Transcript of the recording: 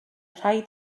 rhaid